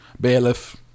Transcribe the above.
Bailiff